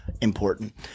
important